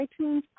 iTunes